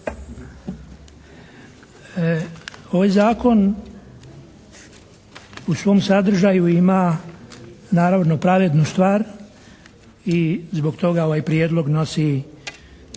Ovaj zakon u svom sadržaju ima naravno pravednu stvar i zbog toga ovaj prijedlog nosi